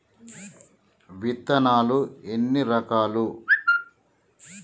విత్తనాలు ఎన్ని రకాలు?